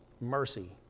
mercy